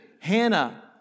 Hannah